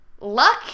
Luck